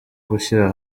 gushyira